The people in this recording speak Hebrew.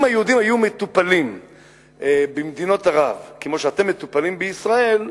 אם היהודים היו מטופלים במדינות ערב כמו שאתם מטופלים בישראל,